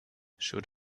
should